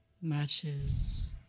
Matches